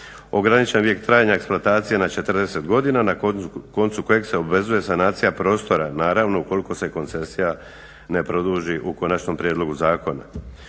ograničen vijek trajanja eksploatacije na 40 godine na koncu kojeg se obvezuje sanacija prostora, naravno ukoliko se koncesija ne produži u konačnom prijedlogu zakona.